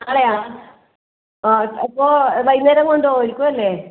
നാളെയാ ആ അപ്പോള് വൈകുന്നേരം കൊണ്ട് പോവുമായിരിക്കും അല്ലേ